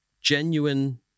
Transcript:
genuine